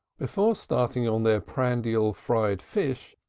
before starting on their prandial fried fish,